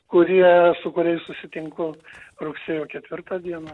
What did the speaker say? kurie su kuriais susitinku rugsėjo ketvirtą dieną